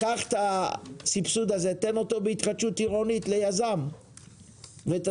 קח את הסבסוד הזה ותן אותו בהתחדשות עירונית ליזם ותתחיל